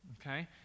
Okay